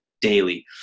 daily